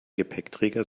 gepäckträger